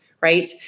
right